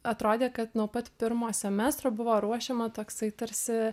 atrodė kad nuo pat pirmo semestro buvo ruošiama toksai tarsi